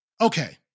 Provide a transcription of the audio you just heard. okay